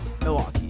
Milwaukee